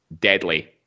deadly